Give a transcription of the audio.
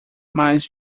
mas